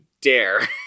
dare